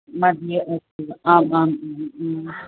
मध्ये अस्ति वा आम् आम्